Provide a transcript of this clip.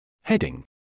heading